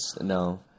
No